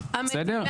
בסדר?